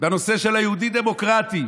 בנושא היהודי-דמוקרטי,